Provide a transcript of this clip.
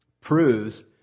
proves